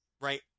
right